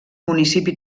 municipi